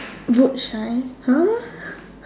boot shine !huh!